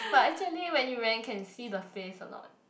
but actually when you went can see the face or not